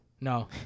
No